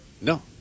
No